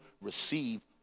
receive